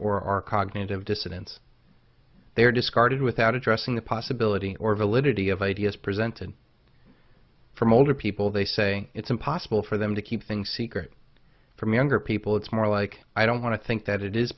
or our cognitive dissidence they are discarded without addressing the possibility or validity of ideas presented from older people they say it's impossible for them to keep things secret from younger people it's more like i don't want to think that it is